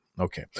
Okay